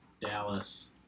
Dallas